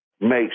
makes